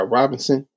Robinson